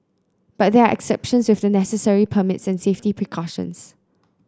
but there are exceptions with the necessary permits and safety precautions